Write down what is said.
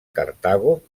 cartago